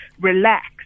relax